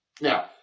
Now